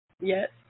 Yes